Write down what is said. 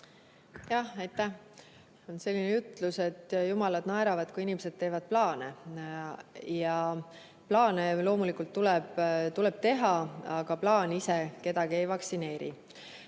Aitäh! On selline ütlus, et jumalad naeravad, kui inimesed plaane teevad. Plaane loomulikult tuleb teha, aga plaan ise kedagi ei vaktsineeri.